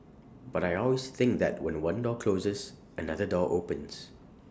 but I always think that when one door closes another door opens